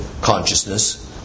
consciousness